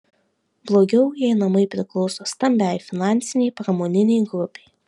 blogiau jei namai priklauso stambiai finansinei pramoninei grupei